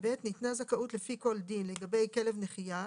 " (ב)ניתנה זכאות לפי כל דין לגבי כלב נחייה,